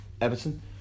Everton